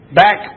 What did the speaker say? back